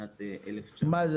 מה זה?